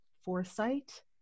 foresight